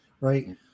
right